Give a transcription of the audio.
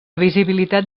visibilitat